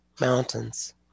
mountains